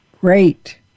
Great